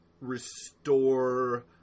Restore